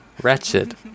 wretched